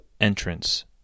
entrance